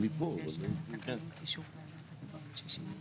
אנחנו רק רוצים להבהיר שבמסגרת הסמכות הכללית שנתונה